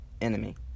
enemy